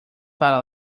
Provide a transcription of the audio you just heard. para